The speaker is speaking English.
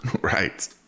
Right